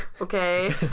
okay